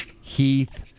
Heath